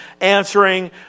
answering